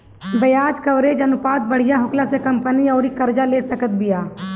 ब्याज कवरेज अनुपात बढ़िया होखला से कंपनी अउरी कर्जा ले सकत बिया